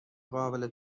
قابل